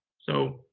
so,